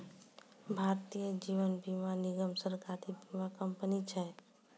भारतीय जीवन बीमा निगम, सरकारी बीमा कंपनी छै